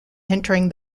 entering